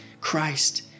Christ